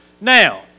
Now